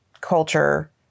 culture